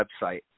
website